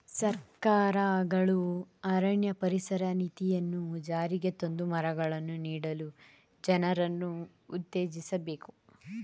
ಸರ್ಕಾರಗಳು ಅರಣ್ಯ ಪರಿಸರ ನೀತಿಯನ್ನು ಜಾರಿಗೆ ತಂದು ಮರಗಳನ್ನು ನೀಡಲು ಜನರನ್ನು ಉತ್ತೇಜಿಸಬೇಕು